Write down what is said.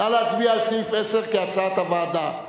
נא להצביע על סעיף 10 כהצעת הוועדה.